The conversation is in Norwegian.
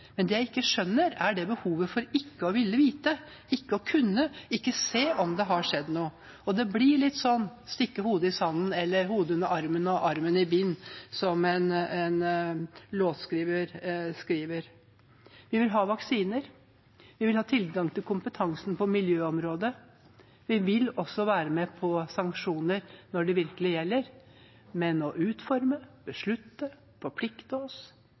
for ikke å ville se om det har skjedd noe. Det blir litt som å stikke hodet i sanden eller hodet under armen og armen i bind, som en låtskriver sier det. Vi vil ha vaksiner, vi vil ha tilgang til kompetanse på miljøområdet, og vi vil være med på sanksjoner når det virkelig gjelder, men å utforme, beslutte, forplikte